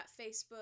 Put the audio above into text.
Facebook